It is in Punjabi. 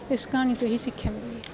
ਇਸ ਕਹਾਣੀ ਤੋਂ ਇਹ ਹੀ ਸਿੱਖਿਆ ਮਿਲਦੀ ਹੈ